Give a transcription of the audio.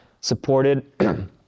supported